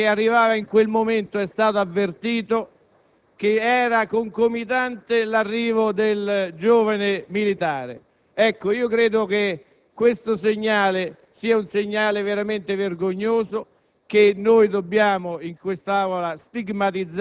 Neanche il Presidente della Repubblica, che arrivava in quel momento, è stato avvertito che era concomitante l'arrivo del giovane militare. Credo che questo segnale sia veramente vergognoso